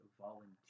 volunteer